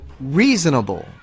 reasonable